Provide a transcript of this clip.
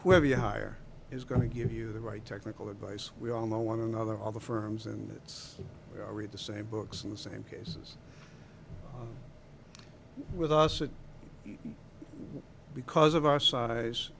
where you hire is going to give you the right technical advice we all know one another all the firms and that's read the same books in the same cases with us and because of our size